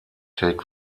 take